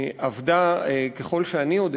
שעבדה, ככל שאני יודע,